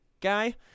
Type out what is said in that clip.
guy